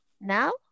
Now